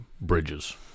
Bridges